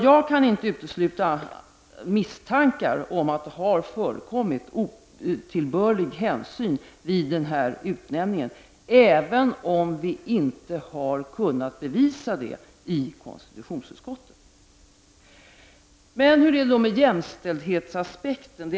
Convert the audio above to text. Jag kan inte utesluta misstankar om att det har förekommit otillbörlig hänsyn vid denna utnämning, även om vi inte har kunnat bevisa det i konstitutionsutskottet. Hur är det då med jämställdhetsaspekten?